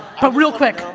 ah real quick,